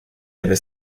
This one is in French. avait